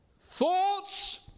thoughts